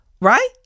right